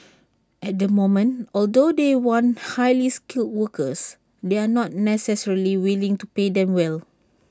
at the moment although they want highly skilled workers they are not necessarily willing to pay them well